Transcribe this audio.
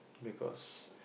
because